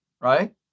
right